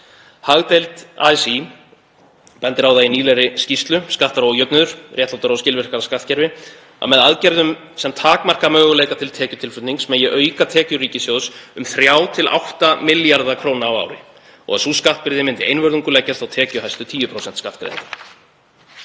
Hagdeild ASÍ bendir á það í nýlegri skýrslu, Skattar og ójöfnuður: réttlátara og skilvirkara skattkerfi, að með aðgerðum sem takmarka möguleika til tekjutilflutnings megi auka tekjur ríkissjóðs um 3–8 milljarða kr. á ári og að sú skattbyrði myndi einvörðungu leggjast á tekjuhæstu 10% skattgreiðenda.